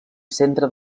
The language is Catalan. centre